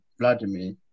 Vladimir